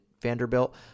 Vanderbilt